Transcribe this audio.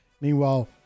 Meanwhile